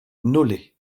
nolay